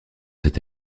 cet